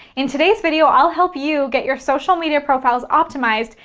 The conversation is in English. in today's video, i'll help you get your social media profiles optimized,